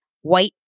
white